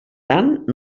tant